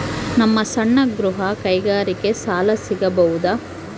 ನಮ್ಮ ಸಣ್ಣ ಗೃಹ ಕೈಗಾರಿಕೆಗೆ ಸಾಲ ಸಿಗಬಹುದಾ?